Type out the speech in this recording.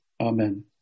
Amen